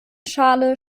schale